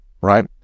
right